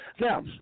Now